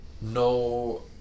no